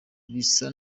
bisa